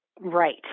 right